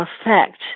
affect